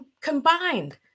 combined